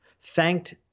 thanked